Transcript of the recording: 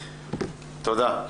תודה.